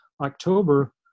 october